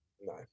No